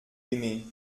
aimé